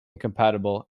incompatible